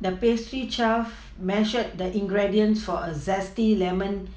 the pastry chef measured the ingredients for a zesty lemon